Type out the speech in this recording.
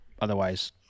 Otherwise